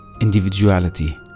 individuality